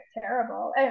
terrible